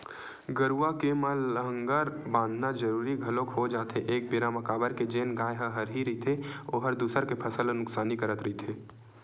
गरुवा के म लांहगर बंधाना जरुरी घलोक हो जाथे एक बेरा म काबर के जेन गाय ह हरही रहिथे ओहर दूसर के फसल ल नुकसानी करत रहिथे